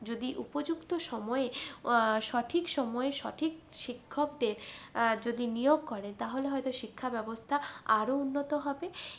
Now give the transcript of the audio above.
যদি উপযুক্ত সময়ে সঠিক সময়ে সঠিক শিক্ষকদের যদি নিয়োগ করে তাহলে হয়তো শিক্ষাব্যবস্থা আরো উন্নত হবে